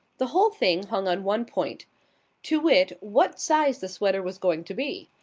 the whole thing hung on one point to wit, what size the sweater was going to be.